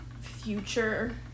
future